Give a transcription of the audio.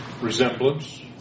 resemblance